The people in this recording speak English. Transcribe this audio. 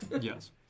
yes